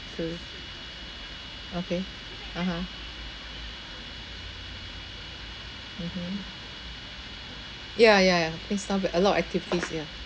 two okay (uh huh) mmhmm ya ya ya I think a lot of activities ya